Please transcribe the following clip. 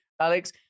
Alex